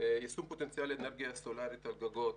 לגבי יישום פוטנציאל אנרגיה סולארית על גגות,